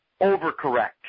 overcorrect